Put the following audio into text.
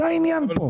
זה העניין פה.